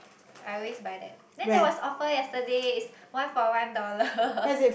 I always buy that then there was offer yesterday it's one for one dollar